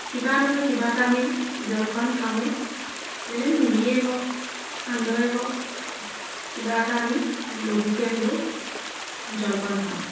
কিবা নহয় কিবা এটা আমি জলপান খাওঁৱেই যেনে মুড়িয়ে হওক সান্দহেই হওক কিবা এটা আমি লঘুকৈ হ'লেও জলপান খাওঁ